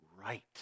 right